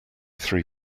three